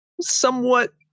somewhat